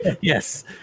Yes